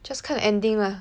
just 看 ending lah